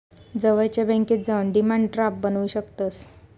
जवळच्या बॅन्केत जाऊन डिमांड ड्राफ्ट बनवू शकतंस